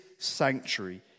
Sanctuary